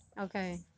okay